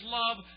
love